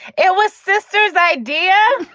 it was sister's idea.